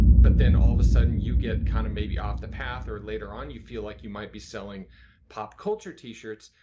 but then all of a sudden you get kind of maybe off the path or later on you feel like you might be selling pop culture t-shirts,